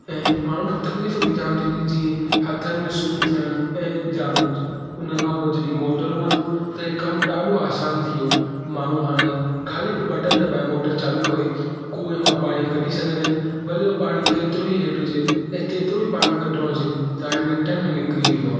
ऐं माण्हू खे तकलीफ़ बि जाम थींदियूं जीअं हथनि में सूरु थियण ऐं जाम कुझु हुनखां पोइ जॾहिं मोटरू आयूं ते कमु ॾाढो आसानु थी वियो माण्हू हाणे ख़ाली हिकु बटण दबाए मोटर चालू करे खूअं मां पाणी कढी सघंदा आहिनि भले हो पाणी केतिरो ई हेठि हुजे ऐं केतिरो ई पाणी कढिणो हुजे हाणे मिंटनि में निकिरी ईदो आहे